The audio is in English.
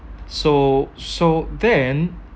so so then